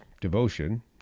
devotion